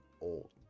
old